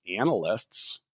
analysts